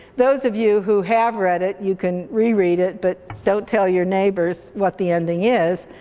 those of you who have read it, you can reread it, but don't tell your neighbors what the ending is.